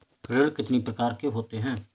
ऋण कितनी प्रकार के होते हैं?